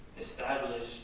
established